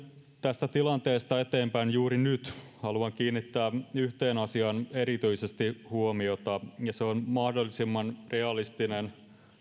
tästä tilanteesta eteenpäin juuri nyt haluan kiinnittää yhteen asiaan erityisesti huomiota ja se on mahdollisimman realistisen